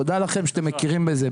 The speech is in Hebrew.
תודה לכם שאתם מכירים בזה.